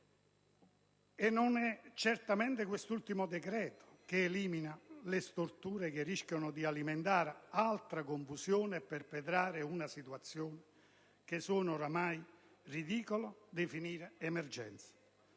Non è certamente quest'ultimo decreto che elimina le storture che rischiano di alimentare altra confusione e perpetrare una situazione che è oramai ridicolo definire di emergenza.